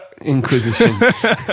inquisition